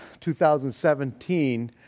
2017